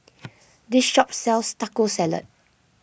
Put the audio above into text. this shop sells Taco Salad